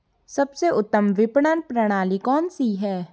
सबसे उत्तम विपणन प्रणाली कौन सी है?